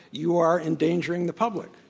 you are endangering the public.